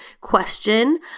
question